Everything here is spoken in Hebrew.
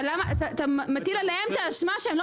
אבל אתה מטיל עליהם את האשמה שהם לא